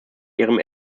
ihrem